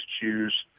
choose